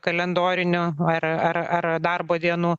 kalendorinių ar ar darbo dienų